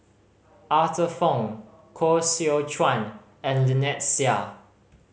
Arthur Fong Koh Seow Chuan and Lynnette Seah